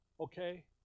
okay